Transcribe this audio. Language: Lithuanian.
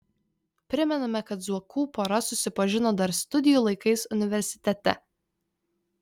primename kad zuokų pora susipažino dar studijų laikais universitete